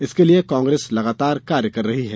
इसके लिये कांग्रेस लगातार कार्य कर रही है